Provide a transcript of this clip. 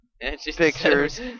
pictures